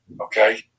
okay